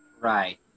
Right